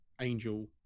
angel